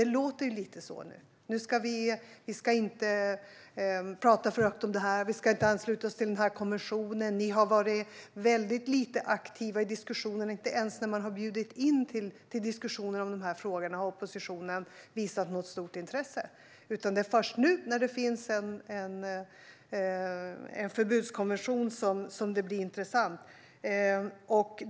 Det låter lite så nu: Vi ska inte tala för högt om det här; vi ska inte ansluta oss till den här konventionen. Ni har varit väldigt lite aktiva i diskussionen. Inte ens när man har bjudit in till diskussionen om de här frågorna har oppositionen visat något stort intresse, utan det är först nu när det finns en förbudskonvention som det är intressant.